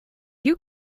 you